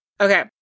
Okay